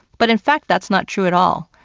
but in fact that's not true at all.